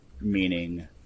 meaning